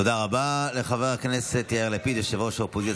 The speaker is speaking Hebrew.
תודה רבה לחבר הכנסת יאיר לפיד, ראש האופוזיציה.